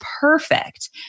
perfect